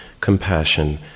compassion